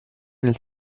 nel